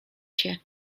się